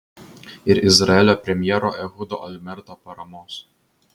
ir izraelio premjero ehudo olmerto paramos